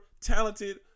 talented